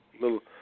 Little